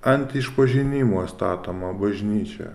ant išpažinimo statoma bažnyčia